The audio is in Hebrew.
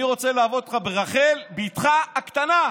אני רוצה לעבוד אותך ברחל בתך הקטנה,